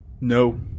No